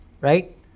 Right